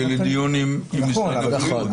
זה לדיון עם משרד הבריאות.